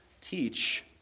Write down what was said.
teach